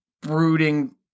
brooding